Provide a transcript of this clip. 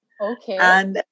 Okay